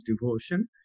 devotion